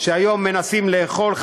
שהיום מנסים לאכול,